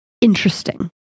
interesting